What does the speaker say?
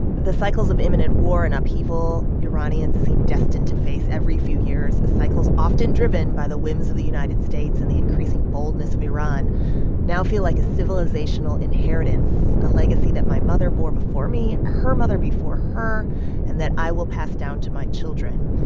the cycles of imminent war and upheaval iranians seem destined to face every few years cycles often driven by the whims of the united states and the increasing boldness of iran now feel like a civilizational inheritance, a legacy that my mother bore before me, her mother before her and that i will pass down to my children.